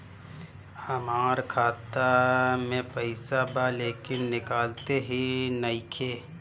हमार खाता मे पईसा बा लेकिन निकालते ही नईखे?